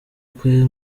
ukwe